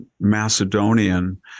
macedonian